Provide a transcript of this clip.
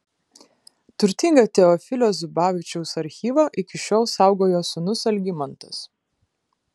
turtingą teofilio zubavičiaus archyvą iki šiol saugo jo sūnus algimantas